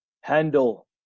handle